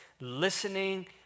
listening